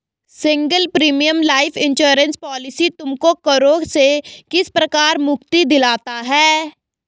Single premium life insurance policy तुमको करों से किस प्रकार मुक्ति दिलाता है?